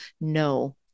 No